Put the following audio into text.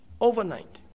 overnight